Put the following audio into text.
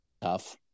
Tough